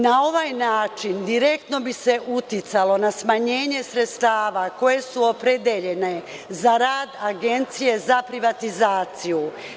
Na ovaj način direktno bi se uticalo na smanjenje sredstava koja su opredeljena za rad Agencije za privatizaciju.